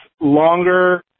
longer –